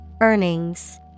Earnings